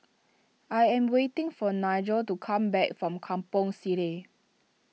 I am waiting for Nigel to come back from Kampong Sireh